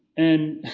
and.